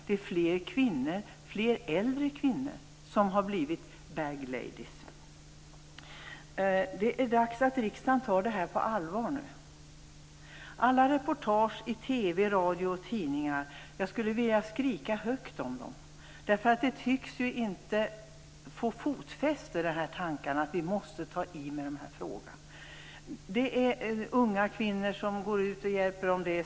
Det är fler kvinnor och fler äldre kvinnor som har blivit bagladies. Det är dags att riksdagen tar detta på allvar nu. Jag skulle vilja skrika högt om alla reportage i TV, radio och tidningar. Tankarna att vi måste ta itu med dessa frågor tycks ju inte få fotfäste. Det finns unga kvinnor som går ut och hjälper dem.